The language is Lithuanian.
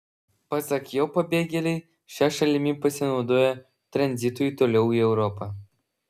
pasak jo pabėgėliai šia šalimi pasinaudoja tranzitui toliau į europą